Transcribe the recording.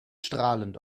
strahlend